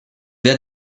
wer